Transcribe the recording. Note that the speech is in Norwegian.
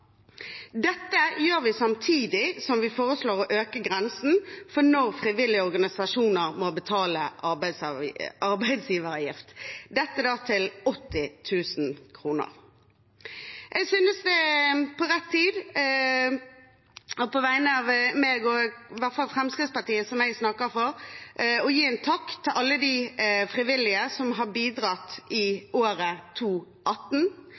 Dette gjør vi samtidig som vi foreslår å øke grensen for når frivillige organisasjoner må betale arbeidsgiveravgift, til 80 000 kr. Jeg synes det er på tide – på vegne av meg og i hvert fall Fremskrittspartiet, som jeg snakker for – å gi en takk til alle de frivillige som har bidratt